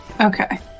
Okay